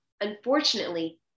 Unfortunately